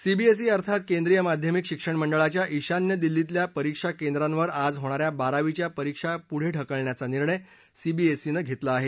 CBSE अर्थात केंद्रीय माध्यमिक शिक्षण मंडळाच्या ईशान्य दिल्लीतल्या परीक्षा केंद्रांवर आज होणाऱ्या बारावीच्या परीक्षा पुढे ढकलण्याचा निर्णय सीबीएसईनं घेतला आहे